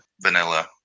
vanilla